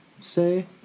say